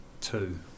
Two